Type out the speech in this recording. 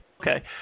okay